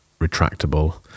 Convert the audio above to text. retractable